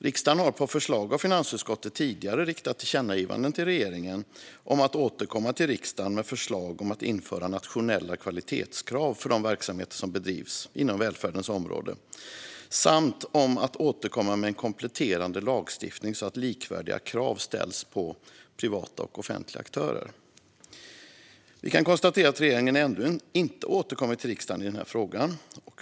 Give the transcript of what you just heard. Riksdagen har på förslag av finansutskottet tidigare riktat tillkännagivanden till regeringen om att återkomma till riksdagen med förslag om att införa nationella kvalitetskrav för de verksamheter som bedrivs inom välfärdens områden och om att återkomma med kompletterande lagstiftning så att likvärdiga krav ställs på privata och offentliga aktörer. Vi konstaterar att regeringen ännu inte har återkommit till riksdagen i frågan.